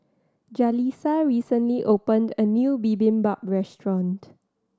Jaleesa recently opened a new Bibimbap Restaurant